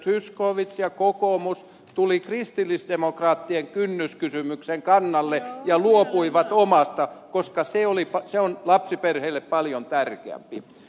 zyskowicz ja kokoomus tulivat kristillisdemokraattien kynnyskysymyksen kannalle ja luopuivat omastaan koska se on lapsiperheille paljon tärkeämpi